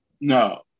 no